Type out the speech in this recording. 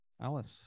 Alice